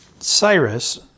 Cyrus